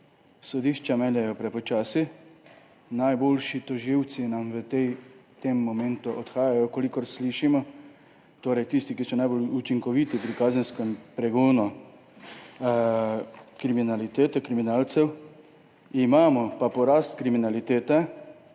Sodišča meljejo prepočasi, najboljši tožilci nam v tem momentu odhajajo, kolikor slišimo, torej tisti, ki so najbolj učinkoviti pri kazenskem pregonu kriminalitete, kriminalcev, imamo pa porast kriminalitete,